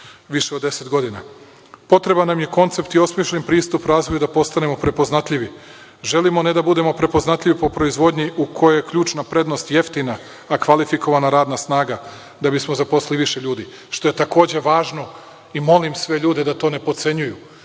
više od 10 godina. Potreban nam je i koncept i osmišljen pristup razvoju i da postanemo prepoznatljivi. Želimo ne da budemo prepoznatljivi po proizvodnji u kojoj je ključna prednost jeftina a kvalifikovana radna snaga da bismo zaposlili više ljudi, što je takođe važno i molim sve ljude da to ne potcenjuju.